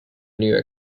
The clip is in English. new